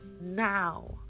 now